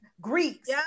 Greeks